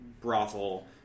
brothel